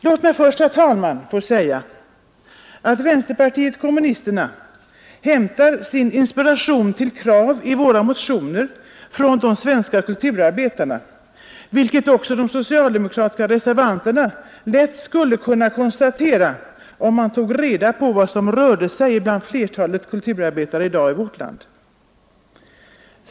Låt mig först säga, herr talman, att vänsterpartiet kommunisterna hämtar sin inspiration till kraven i våra motioner från de svenska kulturarbetarna, vilket de socialdemokratiska reservanterna lätt skulle kunna konstatera, om de tog reda på vad som rör sig bland flertalet kulturarbetare i dag i vårt land.